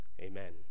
Amen